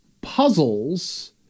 puzzles